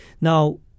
Now